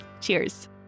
Cheers